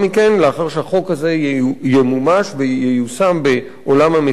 לאחר שהחוק הזה ימומש וייושם בעולם המציאות,